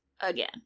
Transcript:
again